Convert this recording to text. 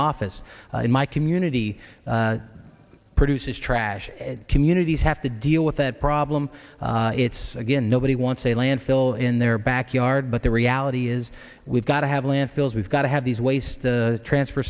office in my community produces trash communities have to deal with that problem it's again nobody wants a landfill in their backyard but the reality is we've got to have landfills we've got to have these waste the transfer